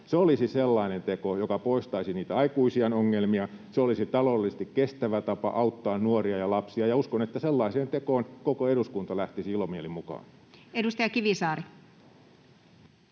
Se olisi sellainen teko, joka poistaisi niitä aikuisiän ongelmia, se olisi taloudellisesti kestävä tapa auttaa nuoria ja lapsia, ja uskon, että sellaiseen tekoon koko eduskunta lähtisi ilomielin mukaan. Edustaja Kivisaari.